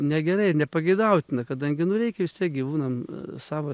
negerai nepageidautina kadangi nu reikia vistiek gyvūnam a savo